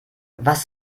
was